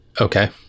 okay